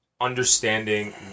understanding